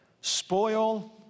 spoil